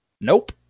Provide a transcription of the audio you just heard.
Nope